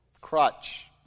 crutch